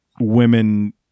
women